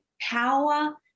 power